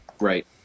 right